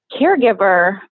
caregiver